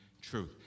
truth